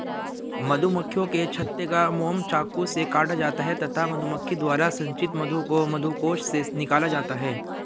मधुमक्खियों के छत्ते का मोम चाकू से काटा जाता है तथा मधुमक्खी द्वारा संचित मधु को मधुकोश से निकाला जाता है